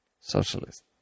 socialist